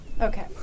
Okay